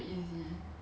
苹果汤